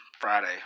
Friday